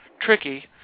tricky